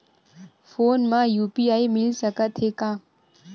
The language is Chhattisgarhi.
फोन मा यू.पी.आई मिल सकत हे का?